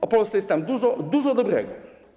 O Polsce jest tam dużo, dużo dobrego.